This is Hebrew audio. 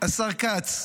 השר כץ,